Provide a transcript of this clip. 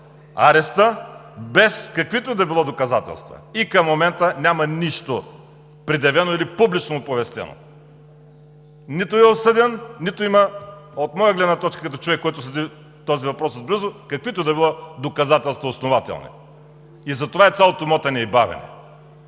ареста, без каквито и да било доказателства. Към момента няма нищо предявено или публично оповестено, нито е осъден, нито има – от моя гледна точка и като човек, който следи този въпрос отблизо, каквито и да било основателни доказателства и затова е цялото мотане и бавене.